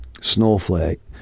Snowflake